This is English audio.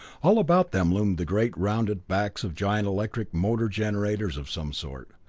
all about them loomed the great rounded backs of giant electric motor-generators of some sort.